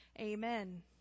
Amen